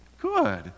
Good